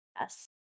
Yes